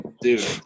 Dude